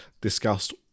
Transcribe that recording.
discussed